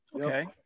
Okay